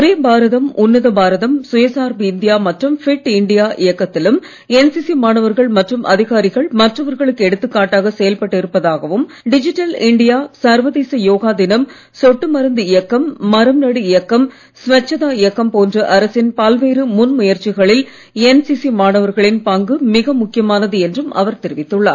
ஒரே பாரதம் உன்னத பாரதம் சுயசார்பு இந்தியா மற்றும் ஃபிட் இண்டியா இயக்கத்திலும் என்சிசி மாணவர்கள் மற்றும் அதிகாரிகள் மற்றவர்களுக்கு எடுத்துக்காட்டாக செயல்பட்டு இருப்பதாகவும் டிஜிட்டல் இண்டியா சர்வதேச யோகா தினம் சொட்டு மருந்து இயக்கம் மரம்நடு இயக்கம் ஸ்வச்தா இயக்கம் போன்ற அரசின் பல்வேறு முன்முயற்சிகளில் என்சிசி மாணவர்களின் பங்கு மிக முக்கியமானது என்றும் அவர் தெரிவித்துள்ளார்